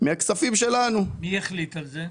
מי החליט על זה?